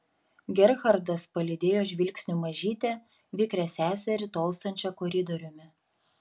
gerhardas palydėjo žvilgsniu mažytę vikrią seserį tolstančią koridoriumi